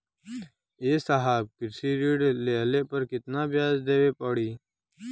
ए साहब कृषि ऋण लेहले पर कितना ब्याज देवे पणी?